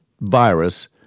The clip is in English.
virus